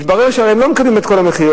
התברר שהם לא מקבלים את כל המחיר,